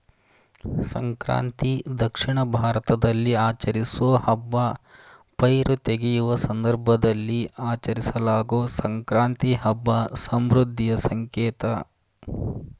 ಸಂಕ್ರಾಂತಿ ದಕ್ಷಿಣ ಭಾರತದಲ್ಲಿ ಆಚರಿಸೋ ಹಬ್ಬ ಪೈರು ತೆಗೆಯುವ ಸಂದರ್ಭದಲ್ಲಿ ಆಚರಿಸಲಾಗೊ ಸಂಕ್ರಾಂತಿ ಹಬ್ಬ ಸಮೃದ್ಧಿಯ ಸಂಕೇತ